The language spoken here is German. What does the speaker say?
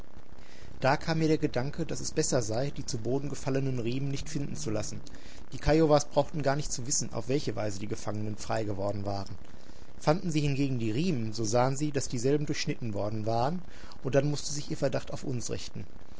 da kam mir der gedanke daß es besser sei die zu boden gefallenen riemen nicht finden zu lassen die kiowas brauchten gar nicht zu wissen auf welche weise die gefangenen frei geworden waren fanden sie hingegen die riemen so sahen sie daß dieselben durchschnitten worden waren und dann mußte sich ihr verdacht auf uns richten